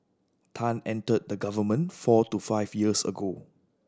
tan entered the government four to five years ago